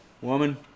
Woman